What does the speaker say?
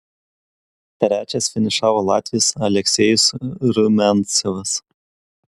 trečias finišavo latvis aleksejus rumiancevas